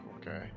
Okay